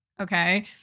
Okay